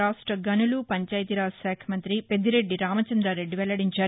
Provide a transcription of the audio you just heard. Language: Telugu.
రాష్ట గనులు పంచాయితీరాజ్ శాఖ మంతి పెద్దిరెడ్డి రామచందారెడ్డి వెల్లడించారు